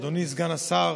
אדוני סגן השר,